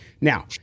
Now